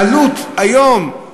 העלות, היום,